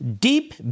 deep